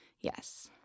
Yes